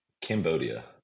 Cambodia